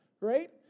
right